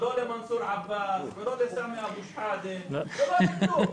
ולא למנסור עבאס ולא לסמי אבו שחאדה ולא לכלום.